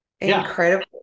incredible